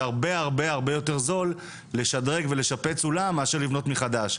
זה הרבה הרבה יותר זול לשדרג ולשפץ אולם מאשר לבנות מחדש.